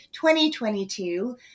2022